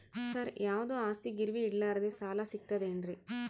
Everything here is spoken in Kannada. ಸರ, ಯಾವುದು ಆಸ್ತಿ ಗಿರವಿ ಇಡಲಾರದೆ ಸಾಲಾ ಸಿಗ್ತದೇನ್ರಿ?